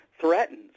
threatens